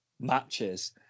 matches